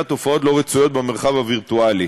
תופעות לא רצויות במרחב הווירטואלי.